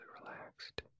relaxed